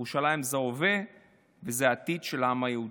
ירושלים זה ההווה וזה העתיד של העם היהודי.